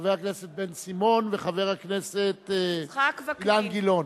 חבר הכנסת בן-סימון וחבר הכנסת אילן גילאון.